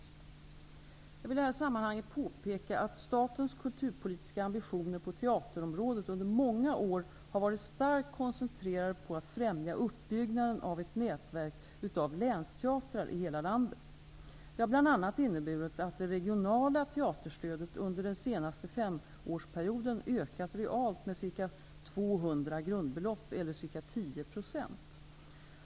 Jag vill i det här sammanhanget påpeka att statens kulturpolitiska ambitioner på teaterområdet under många år har varit starkt koncentrerade på att främja uppbyggnaden av ett nätverk av länsteatrar i hela landet. Det har bl.a. inneburit att det regionala teaterstödet under den senaste femårsperioden ökat realt med ca 200 grundbelopp eller ca 10 %.